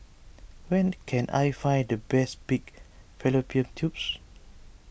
where can I find the best Pig Fallopian Tubes